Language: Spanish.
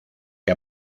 que